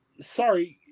sorry